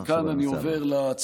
עכשיו לנושא הבא.